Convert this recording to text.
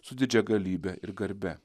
su didžia galybe ir garbe